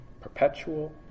Perpetual